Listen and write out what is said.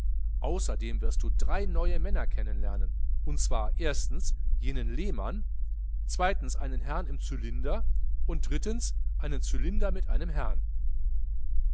außerdem wirst du drei neue männer kennen lernen und zwar jenen lehmann einen herrn im cylinder und einen cylinder mit einem herrn